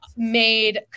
made